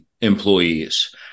employees